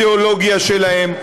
מה האידיאולוגיה שלהם.